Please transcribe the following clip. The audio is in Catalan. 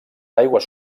aigües